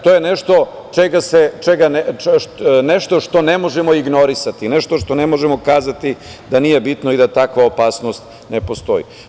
To je nešto što ne možemo ignorisati, nešto što ne možemo kazati da nije bitno i da takva opasnost ne postoji.